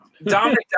Dominic